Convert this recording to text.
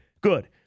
Good